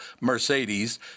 Mercedes